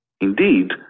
Indeed